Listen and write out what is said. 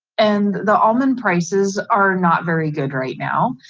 and the almond prices are not very good right now.